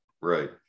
right